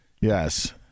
yes